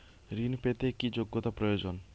ঋণ পেতে কি যোগ্যতা প্রয়োজন?